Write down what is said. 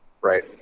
right